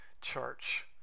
church